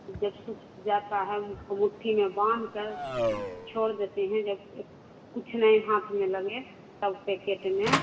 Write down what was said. जब सूख जाता है उसको मूठ मुट्ठी में बांधकर छोड़ देते हैं जब ये कुछ नहीं हाथ में लगे तब पैकेट में